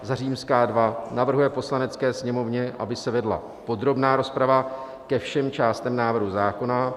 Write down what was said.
II. navrhuje Poslanecké sněmovně, aby se vedla podrobná rozprava ke všem částem návrhu zákona;